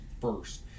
first